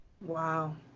wow